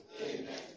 Amen